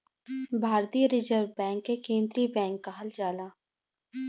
भारतीय reserve bank के केन्द्रीय बैंक कहल जाला